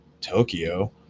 Tokyo